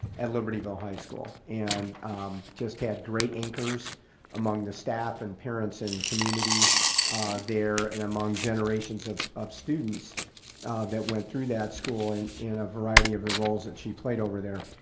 at libertyville high school and just had great anchors among the staff and parents and community there and among generations of of students that went through that school in in a variety of the roles that she played over there.